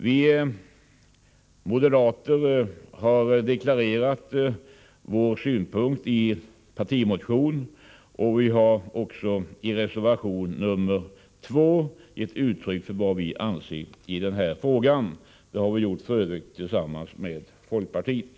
Vi moderater har deklarerat vår synpunkt i en partimotion, och vi har också i reservation 2 gett uttryck för vad vi anser när det gäller denna fråga. Detta har vi f.ö. gjort tillsammans med folkpartiet.